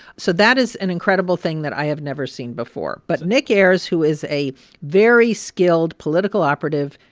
so that is an incredible thing that i have never seen before but nick ayers, who is a very skilled political operative,